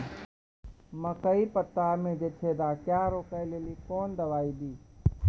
मकई के पता मे जे छेदा क्या रोक ले ली कौन दवाई दी?